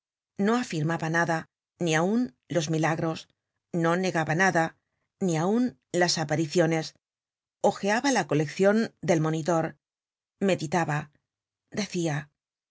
no afirmaba nada ni aun los milagros no negaba nada ni aun las apariciones hojeaba la coleccion del monitor meditaba decia